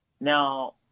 Now